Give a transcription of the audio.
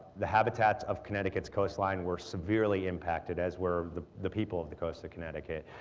the habitats of connecticut's coastline were severely impacted as were the the people of the coast of connecticut.